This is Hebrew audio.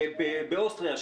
באוסטריה,